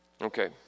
Okay